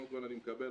קודם כל אני מקבל,